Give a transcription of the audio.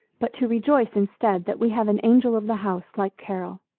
but to rejoice instead, that we have an angel of the house like carol.